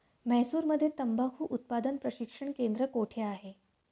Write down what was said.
म्हैसूरमध्ये तंबाखू उत्पादन प्रशिक्षण केंद्र कोठे आहे?